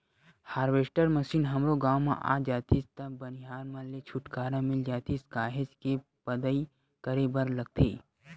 harvester machine हमरो गाँव म आ जातिस त बनिहार मन ले छुटकारा मिल जातिस काहेच के पदई करे बर लगथे